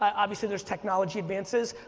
um obviously there's technology advances.